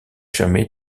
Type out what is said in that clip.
jamais